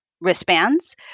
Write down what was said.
wristbands